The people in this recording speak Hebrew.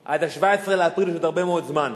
ירד לכ-30,000,